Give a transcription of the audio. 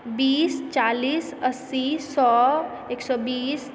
बीस चालिस अस्सी सए एक सए बीस